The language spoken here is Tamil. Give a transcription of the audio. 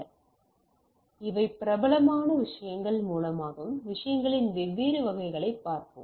எனவே இவை பிரபலமான விஷயங்கள் மூலமாகவும் விஷயங்களின் வெவ்வேறு வகைகளைப் பார்ப்போம்